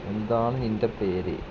എന്താണ് നിൻ്റെ പേര്